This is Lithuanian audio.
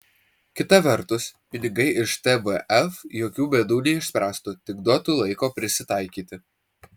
kita vertus pinigai iš tvf jokių bėdų neišspręstų tik duotų laiko prisitaikyti